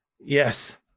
Yes